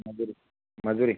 मजुरी मजुरी